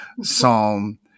Psalm